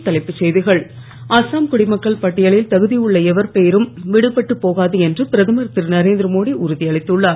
மீண்டும் தலைப்புச்செய்திகள் அஸ்ஸாம் குடிமக்கள் பட்டியலில் தகுதியுள்ள எவர் பெயரும் விடுபட்டுப்போகாது என்று பிரதமர் திருநரேந்திர மோடி உறுதி அளித்துள்ளார்